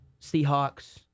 Seahawks